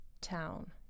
town